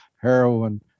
heroin